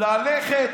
ללכת,